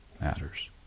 matters